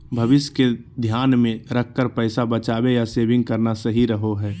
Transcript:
भविष्य के ध्यान मे रखकर पैसा बचावे या सेविंग करना सही रहो हय